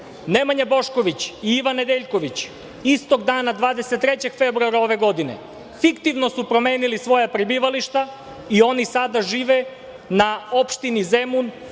Nemanja Bošković i Ivan Nedeljković, istog dana, 23. februara ove godine, fiktivno su promenili svoja prebivališta i oni sada žive u opštini Zemun,